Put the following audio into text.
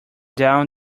down